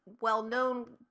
well-known